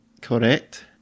Correct